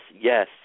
Yes